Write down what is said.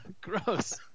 gross